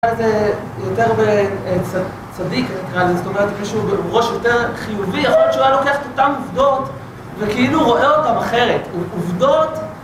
זה יותר בצדיק, נקרא לזה. זאת אומרת, הוא ראש יותר חיובי, יכול להיות שהוא היה לוקח את אותן עובדות, וכאילו רואה אותן אחרת, עובדות...